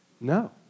No